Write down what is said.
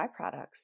byproducts